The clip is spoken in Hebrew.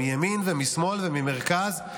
מימין ומשמאל וממרכז,